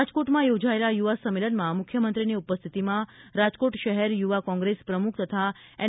રાજકોટમાં યોજાયેલા યુવા સંમેલનમાં મુખ્યમંત્રીની ઉપસ્થિતિમાં રાજકોટ શહેર યુવા કોંગ્રેસ પ્રમુખ તથા એન